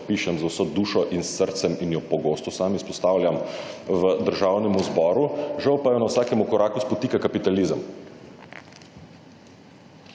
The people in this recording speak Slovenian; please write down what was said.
se podpišem z vso dušo in srcem in jo pogosto sam izpostavljam v Državnem zboru, žal pa jo na vsakem koraku spotika kapitalizem.